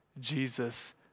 Jesus